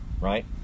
right